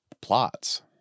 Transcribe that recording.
plots